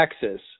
Texas